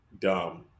dumb